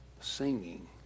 singing